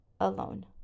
alone